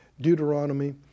Deuteronomy